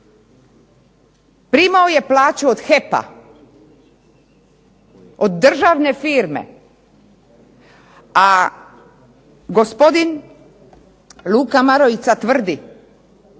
primao je plaću od HEP-a, od državne firme. A gospodin Luka Marojica tvrdi